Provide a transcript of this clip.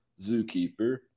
Zookeeper